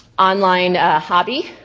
online hobby.